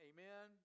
Amen